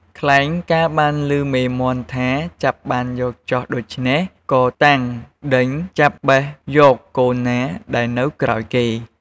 ខ្លែងកាលបានឮមេមាន់ថា ចាប់បានយកចុះដូច្នេះ ក៏តាំងដេញចាប់បេះយកកូនណាដែលនៅក្រោយគេ។